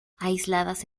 aisladas